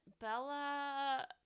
Bella